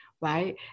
right